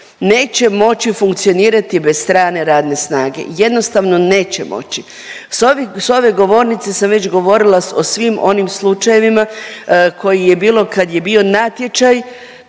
neće moći funkcionirati bez strane radne snage. Jednostavno neće moći. S ovih, ove govornice sam već govorila o svim onim slučajevima koji je bilo kad je bio natječaj,